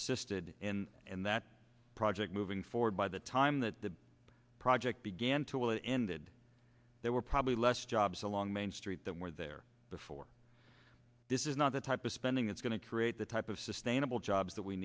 assisted in and that project moving forward by the time that the project began to a ended there were probably less jobs along main street that were there before this is not the type of spending that's going to create the type of sustainable jobs that we